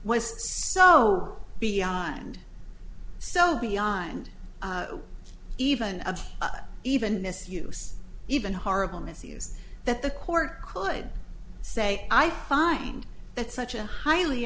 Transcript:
was so beyond so beyond even of even misuse even horrible misuse that the court could say i find that such a highly